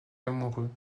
amoureux